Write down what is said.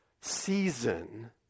season